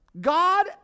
God